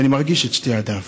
ואני מרגיש את שתי ידיו.